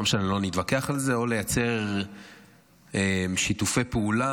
לא משנה, לא נתווכח על זה, או לייצר שיתופי פעולה,